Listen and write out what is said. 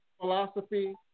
philosophy